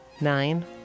nine